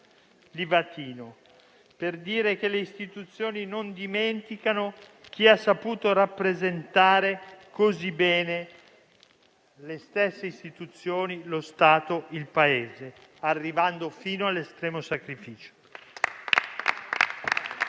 per dire che le istituzioni non dimenticano chi ha saputo rappresentarle così bene, chi ha saputo rappresentare lo Stato e il Paese, arrivando fino all'estremo sacrificio.